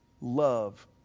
love